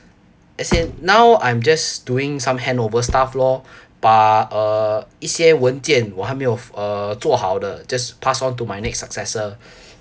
as in now I'm just doing some handover stuff lor 把 uh 一些文件我还没有 uh 做好的 just pass on to my next successor